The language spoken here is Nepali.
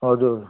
हजुर